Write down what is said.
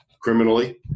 criminally